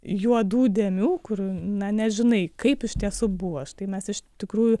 juodų dėmių kur na nežinai kaip iš tiesų buvo štai mes iš tikrųjų